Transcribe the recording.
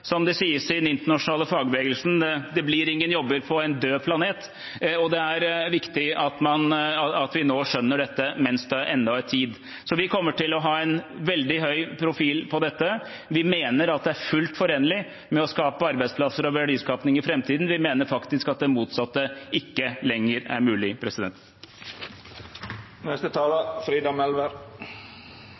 Som det sies i den internasjonale fagbevegelsen: Det blir ingen jobber på en død planet. Det er viktig at vi skjønner dette nå, mens det ennå er tid. Vi kommer til å ha en veldig høy profil på dette. Vi mener at det er fullt forenlig med å skape arbeidsplasser og verdiskaping i framtiden. Vi mener faktisk at det motsatte ikke lenger er mulig.